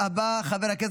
תודה רבה.